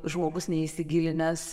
žmogus neįsigilinęs